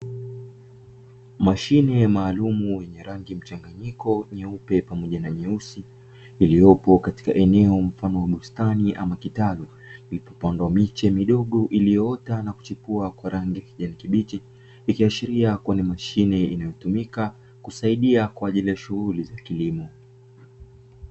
Mashine maalumu yenye rangi mchanganyiko nyeupe pamoja na nyeusi, iliyopo katika eneo mfano wa bustani ama kitalu, ilipopandwa miche midogo iliyoota na kuchipua kwa rangi ya kijani kibichi, ikiashiria kuwa ni mashine inayotumika kusaidia kwa ajili ya shughuli za kilimo.